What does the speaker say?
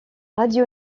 radio